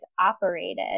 operated